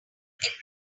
passive